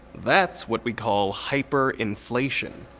that's what we call hyperinflation.